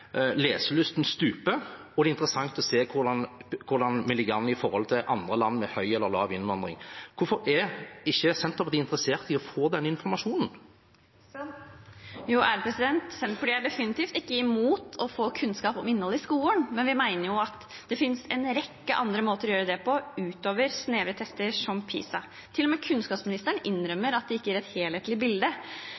leselysten stuper. Det er interessant å se hvordan vi ligger an i forhold til andre land med høy eller lav innvandring. Hvorfor er ikke Senterpartiet interessert i å få den informasjonen? Senterpartiet er definitivt ikke imot å få kunnskap om innholdet i skolen, men vi mener det finnes en rekke andre måter å gjøre det på enn gjennom snevre tester som PISA. Til og med kunnskapsministeren